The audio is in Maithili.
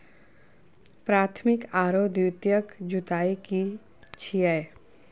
प्राथमिक आरो द्वितीयक जुताई की छिये?